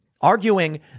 arguing